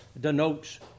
denotes